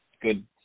good